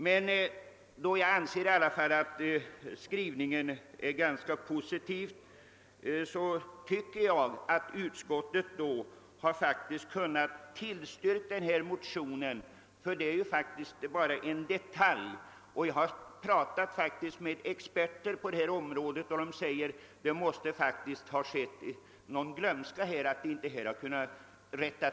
Med hänsyn till att utskottets skrivning i alla fall är ganska positiv tycker jag att utskottet hade kunnat tillstyrka motionen. Det är ju faktiskt bara fråga om en detalj i det hela. Jag har talat med experter på detta område, som sagt att det förhållandet att detta inte rättats till måste bero på ren glömska.